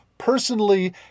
personally